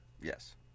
yes